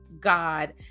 God